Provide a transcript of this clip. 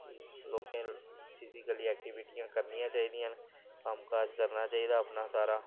लोकें फिजीकली ऐक्टीविटियां करनियां चाहि दियां न कम्म काज करना चाहिदा अपना सारा